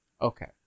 Okay